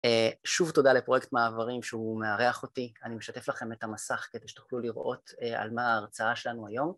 שוב תודה לפרויקט מעברים שהוא מארח אותי. אני משתף לכם את המסך, כדי שתוכלו לראות על מה ההרצאה שלנו היום.